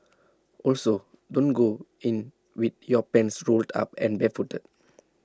also don't go in with your pants rolled up and barefooted